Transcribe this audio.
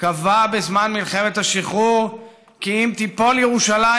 קבע בזמן מלחמת השחרור כי אם תיפול ירושלים,